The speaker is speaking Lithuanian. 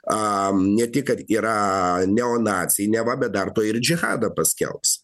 ne tik kad yra neonaciai neva be dar to ir džihado paskelbs